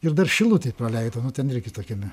ir dar šilutėj praleidau nu ten irgi tokiame